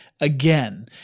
again